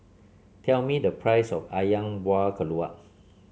tell me the price of ayam Buah Keluak